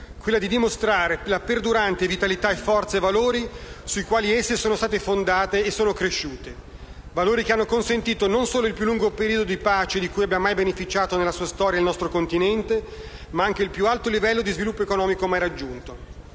quella di dimostrare la perdurante vitalità e forza dei valori sui quali esse sono state fondate e sono cresciute, valori che hanno consentito non solo il più lungo periodo di pace di cui abbia mai beneficiato nella sua storia il nostro continente, ma anche il più alto livello di sviluppo economico mai raggiunto.